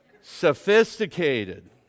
sophisticated